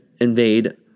invade